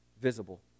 visible